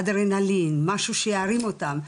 אדרנלין, משהו שירים אותם.